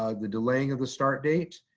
ah the delaying of the start date,